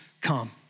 come